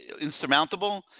insurmountable